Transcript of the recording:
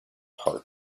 hart